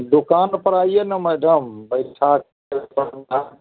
दुकान पर आइए ना मैडम बैठा कर समझा